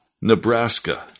Nebraska